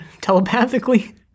telepathically